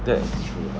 that's true lah